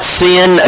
sin